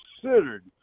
considered